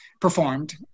performed